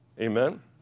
Amen